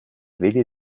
willi